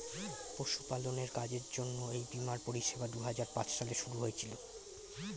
পশুপালনের কাজের জন্য এই বীমার পরিষেবা দুহাজার পাঁচ সালে শুরু হয়েছিল